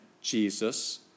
Jesus